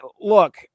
look